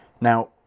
Now